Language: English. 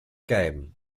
game